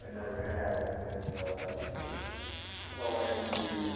i never have and it's all i can do